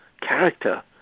character